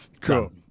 Cool